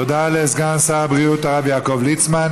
תודה רבה לסגן שר הבריאות הרב יעקב ליצמן.